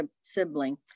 sibling